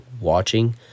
watching